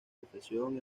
profesión